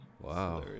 wow